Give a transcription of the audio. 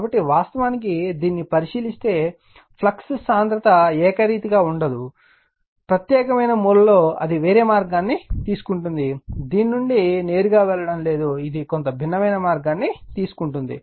కాబట్టి వాస్తవానికి దీనిని పరిశీలిస్తే ఫ్లక్స్ సాంద్రత ఏకరీతిగా ఉండదు ప్రత్యేకమైన మూలలో అది వేరే మార్గాన్ని తీసుకుంటుంది దీని నుండి నేరుగా వెళ్ళడం లేదు ఇది కొంత భిన్నమైన మార్గాన్ని తీసుకుంటుంది